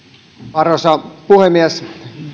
arvoisa puhemies